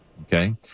okay